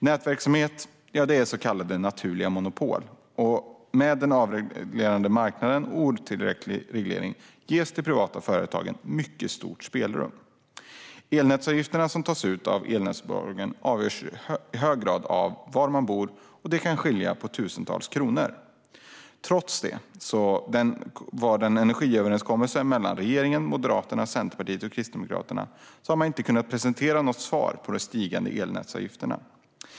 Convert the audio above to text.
Nätverksamhet är så kallade naturliga monopol, och med den avreglerade marknaden och otillräcklig reglering ges de privata företagen mycket stort spelrum. Elnätsavgifterna som tas ut av elnätsbolagen avgörs i hög grad av var man bor, och det kan skilja tusentals kronor. Trots energiöverenskommelsen mellan regeringen, Moderaterna, Centerpartiet och Kristdemokraterna har man inte kunnat presentera något svar på de stigande elnätsavgifterna.